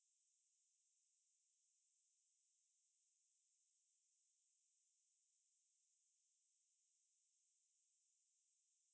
இல்லை:illai